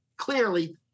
clearly